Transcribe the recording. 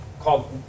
called